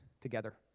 together